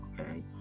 okay